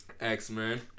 X-Men